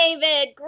David